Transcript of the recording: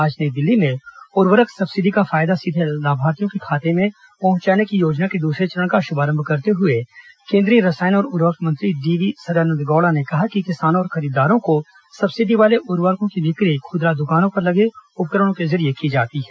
आज नई दिल्ली में उर्वरक सब्सिडी का फायदा सीधे लाभार्थियों के खाते में पहुंचाने की योजना के दूसरे चरण का शुभारंभ करते हुए केंद्रीय रसायन और उर्वरक मंत्री डीवी सदानंद गौड़ा ने कहा कि किसानों और खरीददारों को सब्सिडी वाले उर्वरकों की बिक्री खुदरा दुकानों पर लगे उपकरणों के जरिये की जाती है